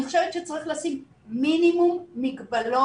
אני חושבת שצריך לשים מינימום מגבלות